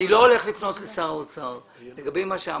אני לא הולך לפנות לשר האוצר לגבי מה שאמרת.